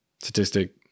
statistic